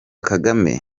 kagame